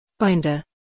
Binder